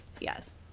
Yes